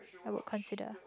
I would consider